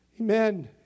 Amen